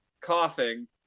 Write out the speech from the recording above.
coughing